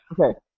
Okay